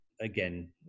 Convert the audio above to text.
again